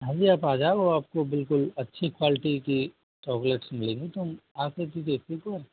हाँ जी आप आ जाओ और आपको बिल्कुल अच्छी क्वालिटी की चॉकलेट्स मिलेगी तुम आकर के देखो तो